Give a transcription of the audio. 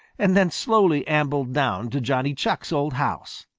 and then slowly ambled down to johnny chuck's old house.